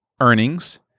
earnings